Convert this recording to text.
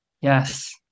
Yes